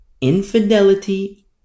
infidelity